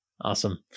Awesome